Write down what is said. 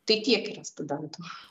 tai tiek yra studentų